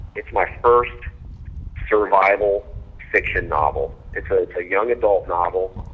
it's my first survival fiction novel. it's ah it's a young adult novel.